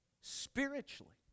Spiritually